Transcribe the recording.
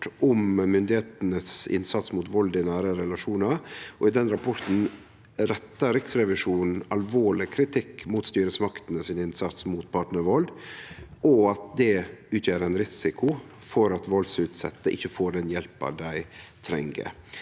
om styresmaktene sin innsats mot vald i nære relasjonar. I den rapporten rettar Riksrevisjonen alvorleg kritikk mot styresmaktene sin innsats mot partnarvald og seier at det utgjer ein risiko for at valdsutsette ikkje får den hjelpa dei treng.